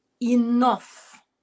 enough